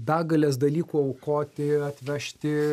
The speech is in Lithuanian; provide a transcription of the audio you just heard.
begales dalykų aukoti atvežti